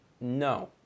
no